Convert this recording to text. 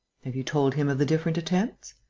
have you told him of the different attempts?